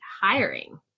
hiring